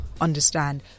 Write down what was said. understand